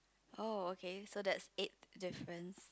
oh okay so that's eight difference